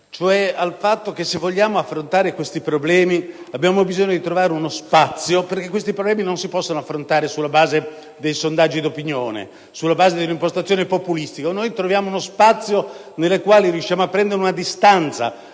cioè al fatto che, se vogliamo affrontare questi problemi, abbiamo bisogno di trovare uno spazio. Questi problemi, infatti, non si possono affrontare sulla base dei sondaggi di opinione o di un'impostazione populistica. O noi troviamo uno spazio dove riuscire a prendere una distanza